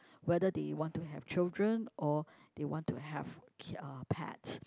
whether they want to have children or they want to have k~ uh pets